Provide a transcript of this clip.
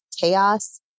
chaos